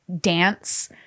dance